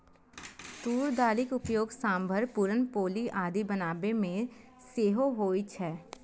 तूर दालिक उपयोग सांभर, पुरन पोली आदि बनाबै मे सेहो होइ छै